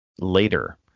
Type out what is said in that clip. later